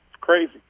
crazy